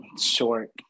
short